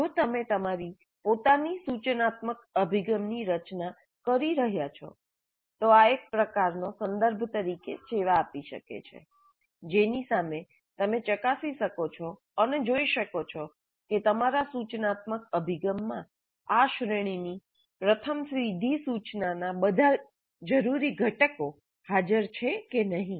જો તમે તમારી પોતાની સૂચનાત્મક અભિગમની રચના કરી રહ્યા છો તો આ એક પ્રકારનો સંદર્ભ તરીકે સેવા આપી શકે છે જેની સામે તમે ચકાસી શકો છો અને જોઈ શકો છો કે તમારા સૂચનાત્મક અભિગમમાં આ શ્રેણીની પ્રથમ સીધી સૂચના નાં બધા જરૂરી ઘટકો હાજરછે કે નહીં